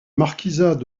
marquisat